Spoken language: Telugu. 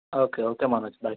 okay okay Manoj bye